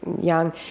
young